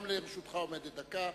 גם לרשותך עומדת דקה.